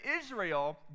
Israel